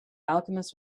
alchemist